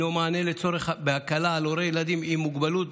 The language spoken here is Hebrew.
הוא מענה לצורך בהקלה על הורי ילדים עם מוגבלות,